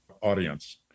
audience